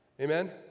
Amen